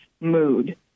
mood